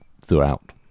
throughout